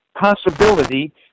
possibility